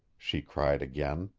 she cried again.